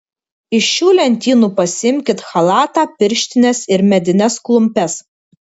iš šių lentynų pasiimkit chalatą pirštines ir medines klumpes